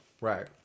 Right